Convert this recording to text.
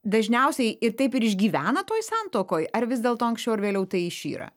dažniausiai ir taip ir išgyvena tuoj santuokoj ar vis dėlto anksčiau ar vėliau tai išyra